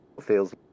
feels